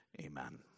Amen